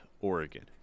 Oregon